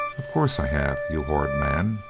of course i have, you horrid man,